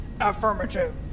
Affirmative